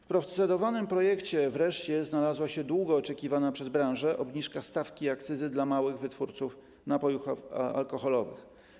W procedowanym projekcie wreszcie znalazła się długo oczekiwana przez branżę obniżka stawki akcyzy dla małych wytwórców napojów alkoholowych.